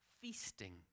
feasting